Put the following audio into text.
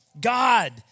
God